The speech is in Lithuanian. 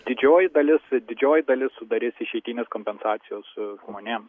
didžioji dalis didžioji dalis sudarys išeitinės kompensacijos žmonėms